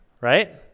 right